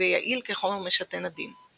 ויעיל כחומר משתן עדין.